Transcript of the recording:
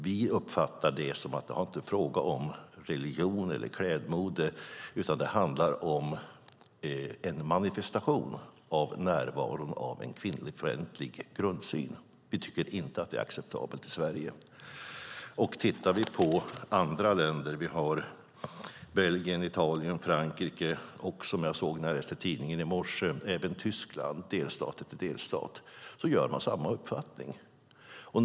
Vi uppfattar inte detta som en fråga om religion eller klädmode utan som en manifestation av en kvinnofientlig grundsyn. Vi tycker inte att det är acceptabelt i Sverige. Andra länder, till exempel Belgien, Italien, Frankrike och som jag såg när jag läste tidningen i morse, även delstat efter delstat i Tyskland, har samma uppfattning.